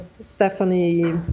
Stephanie